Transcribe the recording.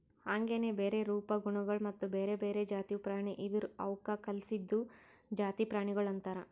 ಹಾಂಗೆನೆ ಬೇರೆ ರೂಪ, ಗುಣಗೊಳ್ ಮತ್ತ ಬ್ಯಾರೆ ಬ್ಯಾರೆ ಜಾತಿವು ಪ್ರಾಣಿ ಇದುರ್ ಅವುಕ್ ಕಲ್ಸಿದ್ದು ಜಾತಿ ಪ್ರಾಣಿಗೊಳ್ ಅಂತರ್